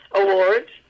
awards